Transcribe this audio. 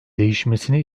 değişmesini